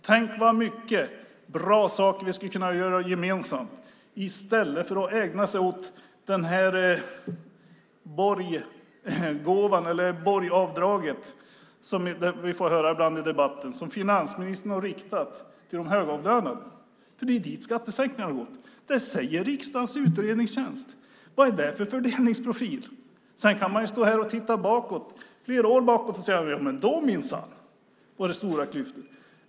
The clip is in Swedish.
Tänk vad mycket bra saker vi skulle kunna göra gemensamt i stället för att ägna oss åt Borgavdraget som vi ibland får höra talas om i debatten och som finansministern har riktat till de högavlönade, eftersom det är dit skattesänkningarna har gått. Det säger riksdagens utredningstjänst. Vad är det för fördelningsprofil? Sedan kan man stå här och titta flera år bakåt och säga: Då minsann var det stora klyftor.